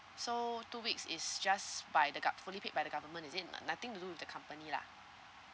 so two weeks is just by the gov~ fully paid by the government is it n~ nothing to do with the company lah